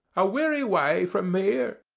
a weary way from here.